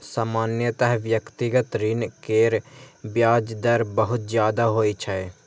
सामान्यतः व्यक्तिगत ऋण केर ब्याज दर बहुत ज्यादा होइ छै